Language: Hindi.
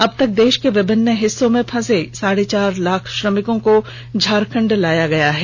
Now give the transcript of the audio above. अब तक देष के विभिन्न हिस्सों में फंसे साढ़े चार लाख श्रमिकों को झारखण्ड लाया गया है